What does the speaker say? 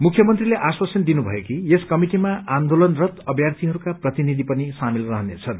मुख्यमंत्रीले आश्वासन दिनुभयो कि यस कमिटिमा आन्दोलनरत अभ्यार्थीहरूका प्रतिनिधि पनि सामेल रहनेछन्